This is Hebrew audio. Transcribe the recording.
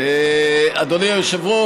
יאללה,